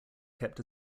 kept